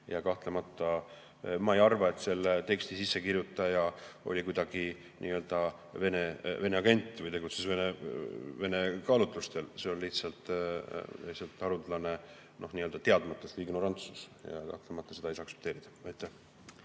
Kahtlemata ma ei arva, et selle teksti sisse kirjutaja oli kuidagi nii-öelda Vene agent või tegutses Vene [huvide] kaalutlustel. See on lihtsalt haruldane nii-öelda teadmatus või ignorantsus. Ja kahtlemata seda ei saa aktsepteerida.